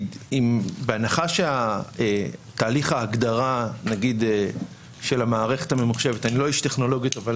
בהנחה שתהליך ההגדרה של המערכת הממוחשבת אני לא איש טכנולוגיה אבל